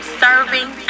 serving